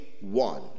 one